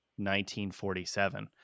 1947